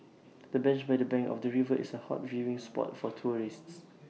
the bench by the bank of the river is A hot viewing spot for tourists